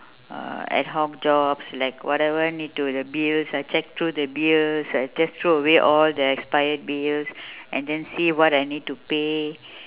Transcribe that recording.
uh at home jobs like whatever need to the bills I check through the bills I just throw away all the expired bills and then see what I need to pay